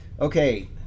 Okay